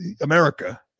America